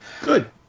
Good